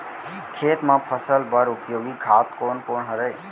खेत म फसल बर उपयोगी खाद कोन कोन हरय?